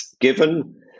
given